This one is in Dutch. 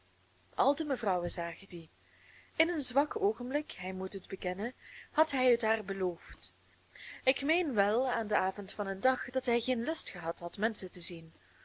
de mevrouwen zagen die in een zwak oogenblik hij moet het bekennen had hij het haar beloofd ik meen wel aan den avond van een dag dat hij geen lust gehad had menschen te zien